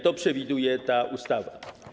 To przewiduje ta ustawa.